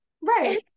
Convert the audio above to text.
right